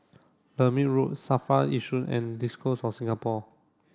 Lermit Road SAFRA Yishun and Diocese of Singapore